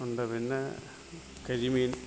ഉണ്ട് പിന്നേ കരിമീൻ